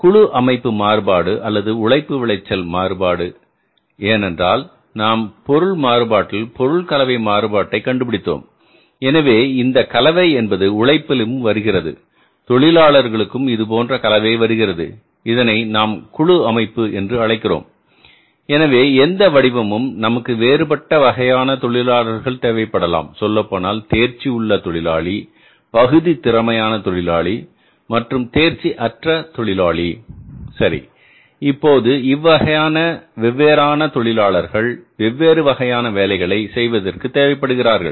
குழு அமைப்பு மாறுபாடு அல்லது உழைப்பு விளைச்சல் மாறுபாடு ஏனென்றால் நாம் பொருள் மாறுபாட்டில் பொருள் கலவை மாறுபாட்டை கண்டுபிடித்தோம் எனவே இந்த கலவை என்பது உழைப்பிலும் வருகிறது தொழிலாளர்களிலும் இதுபோன்று கலவை வருகிறது இதனை நாம் குழு அமைப்பு என்று அழைக்கிறோம் எனவே எந்த வடிவமும் நமக்கு வேறுபட்ட வகையான தொழிலாளர்கள் தேவைப்படலாம் சொல்லப்போனால் தேர்ச்சி உள்ள தொழிலாளி பகுதி திறமையான தொழிலாளி மற்றும் தேர்ச்சி அற்ற தொழிலாளி சரி இப்போது வெவ்வேறு வகையான தொழிலாளர்கள் வெவ்வேறு வகையான வேலைகளை செய்வதற்கு தேவைப்படுகிறார்கள்